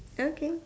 okay